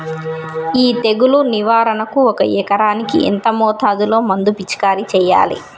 ఈ తెగులు నివారణకు ఒక ఎకరానికి ఎంత మోతాదులో మందు పిచికారీ చెయ్యాలే?